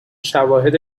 شواهد